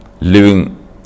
living